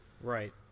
Right